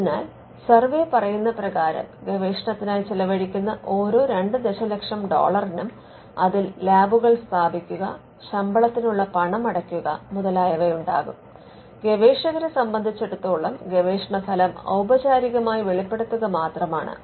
അതിനാൽ സർവ്വേ പറയുന്ന പ്രകാരം ഗവേഷണത്തിനായി ചെലവഴിക്കുന്ന ഓരോ 2 ദശലക്ഷം ഡോളറിനും അതിൽ ലാബുകൾ സ്ഥാപിക്കുക ശമ്പളത്തിനുള്ള പണമടയ്ക്കുക മുതലായവ ഉണ്ടാകും ഗവേഷകരെ സംബന്ധിച്ചടത്തോളം ഗവേഷണഫലം ഔപചാരികമായി വെളിപ്പെടുത്തുക മാത്രമാണ്